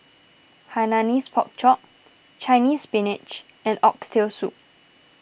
Hainanese Pork Chop Chinese Spinach and Oxtail Soup